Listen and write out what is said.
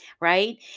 right